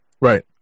Right